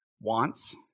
wants